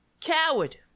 Coward